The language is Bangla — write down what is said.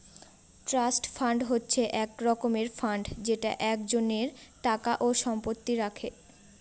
ট্রাস্ট ফান্ড হচ্ছে এক রকমের ফান্ড যেটা একজনের টাকা ও সম্পত্তি রাখে